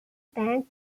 bank